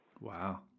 Wow